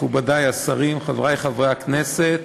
מכובדי השרים, חברי חברי הכנסת,